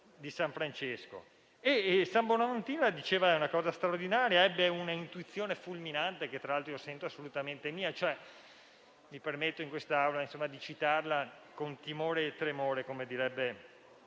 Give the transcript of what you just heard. San Bonaventura diceva una cosa straordinaria ed ebbe un'intuizione fulminante, che tra l'altro io sento assolutamente mia. Mi permetto di citarla in quest'Aula con timore e tremore, come direbbe